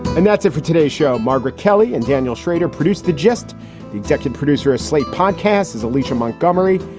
and that's it for today show, margaret kelly and daniel shrader produced the just the executive producer of slate podcasts as alicia montgomery.